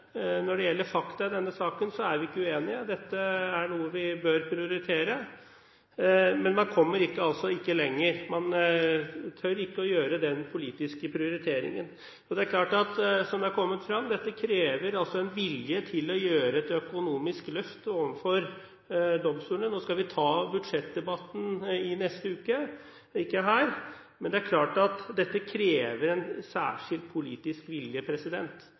når det gjelder fakta i denne saken, er vi ikke uenige, og dette er noe vi bør prioritere – men man kommer altså ikke lenger. Man tør ikke å gjøre den politiske prioriteringen. Nå skal vi ta budsjettdebatten i neste uke – ikke her – men det er klart at dette krever, som det er kommet fram, en særskilt politisk vilje